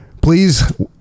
Please